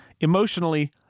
Emotionally